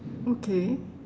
okay